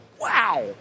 Wow